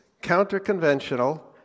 counter-conventional